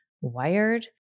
wired